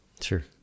sure